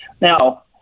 Now